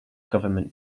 government